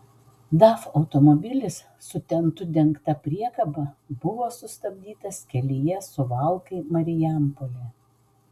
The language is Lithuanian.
daf automobilis su tentu dengta priekaba buvo sustabdytas kelyje suvalkai marijampolė